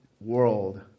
world